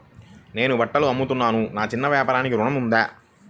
నేను బట్టలు అమ్ముతున్నాను, నా చిన్న వ్యాపారానికి ఋణం ఉందా?